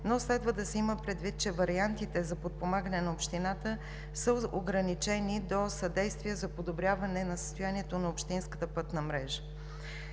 но следва да се има предвид, че вариантите за подпомагане на общината са ограничени до съдействие за подобряване на състоянието на общинската пътна мрежа.